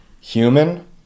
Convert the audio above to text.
human